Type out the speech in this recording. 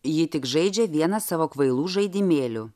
ji tik žaidžia vieną savo kvailų žaidimėlių